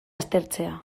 aztertzea